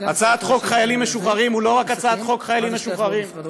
הצעת חוק חיילים משוחררים היא לא רק הצעת חוק חיילים משוחררים,